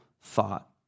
thought